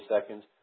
seconds